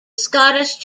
scottish